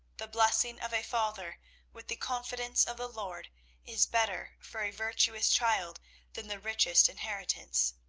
the blessing of a father with the confidence of the lord is better for a virtuous child than the richest inheritance.